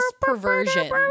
perversion